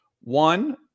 One